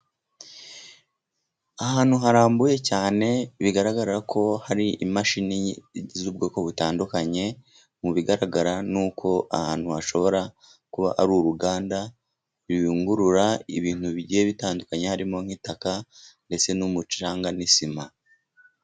Ahantu harambuye cyane, bigaragara ko hari imashini z'ubwoko butandukanye, mu bigaragara nuko ahantu hashobora kuba ari uruganda, ruyungurura ibintu bigiye bitandukanye, harimo nk'itaka ndetse n'umucanga n'isima.